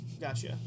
Gotcha